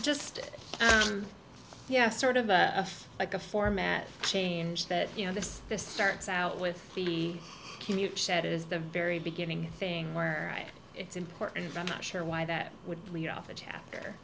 just sort of like a format change that you know this this starts out with the commute set is the very beginning thing where it's important and i'm not sure why that would lead off a chapter